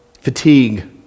fatigue